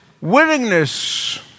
willingness